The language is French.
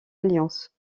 alliance